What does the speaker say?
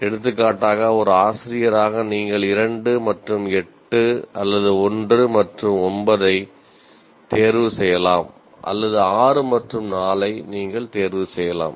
எடுத்துக்காட்டாக ஒரு ஆசிரியராக நீங்கள் 2 மற்றும் 8 அல்லது 1 மற்றும் 9 ஐ தேர்வு செய்யலாம் அல்லது 6 மற்றும் 4 ஐ நீங்கள் தேர்வு செய்யலாம்